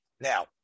Now